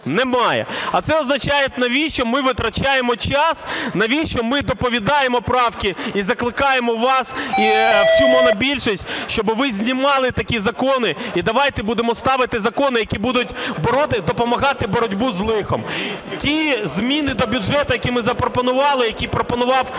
немає, а це означає, навіщо ми витрачаємо час, навіщо ми доповідаємо правки і закликаємо вас і всю монобільшість, щоби ви знімали такі закони. І давайте будемо ставити закони, які будуть допомагати в боротьбі з лихом. Ті зміни до бюджету, які ми запропонували, які пропонував уряд